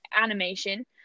animation